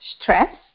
stress